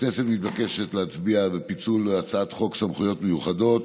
הכנסת מתבקשת להצביע על פיצול הצעת חוק סמכויות מיוחדות